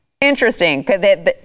Interesting